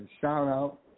shout-out